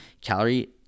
Calorie